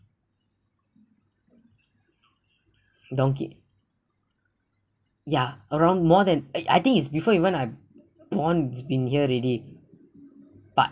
donkey ya around more than ah I think it's before even I born it's been here already but